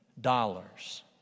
dollars